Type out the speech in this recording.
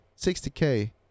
60k